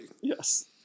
Yes